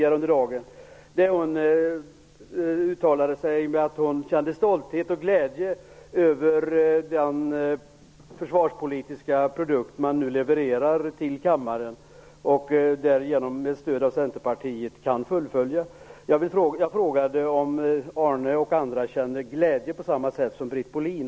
Hon uttalade ju att hon känner stolthet och glädje över den försvarspolitiska produkt som man nu levererar till kammaren och som man med stöd av Centerpartiet kan fullfölja. Jag frågade om Arne Kjörnsberg och andra känner samma glädje som Britt Bohlin.